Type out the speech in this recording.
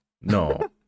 No